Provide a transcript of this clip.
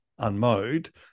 unmowed